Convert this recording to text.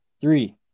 three